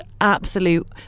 absolute